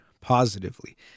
positively